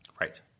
Right